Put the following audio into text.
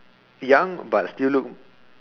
young but still look